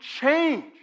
change